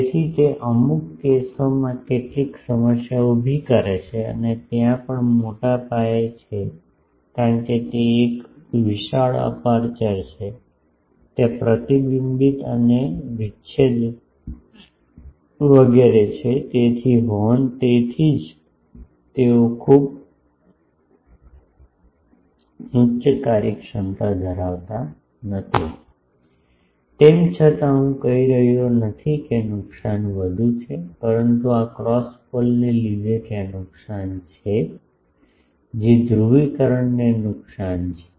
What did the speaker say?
તેથી તે અમુક કેસોમાં કેટલીક સમસ્યા ઉભી કરે છે અને ત્યાં પણ મોટા પાયે છે કારણ કે તે એક વિશાળ અપેર્ચર છે ત્યાં પ્રતિબિંબ અને વિચ્છેદ વગેરે છે તેથી હોર્ન તેથી જ તેઓ ખૂબ ઉચ્ચ કાર્યક્ષમતા ધરાવતા નથી તેમ છતાં હું કહી રહ્યો નથી કે નુકસાન વધુ છે પરંતુ આ ક્રોસ પોલને લીધે ત્યાં નુકસાન છે જે ધ્રુવીકરણને નુકસાન છે